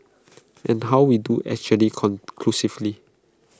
and how we do actually conclusively